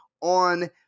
on